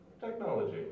technology